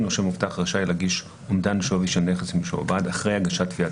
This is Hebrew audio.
נושה מובטח רשאי להגיש אומדן שווי של נכס משועבד אחרי הגשת תביעת